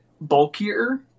bulkier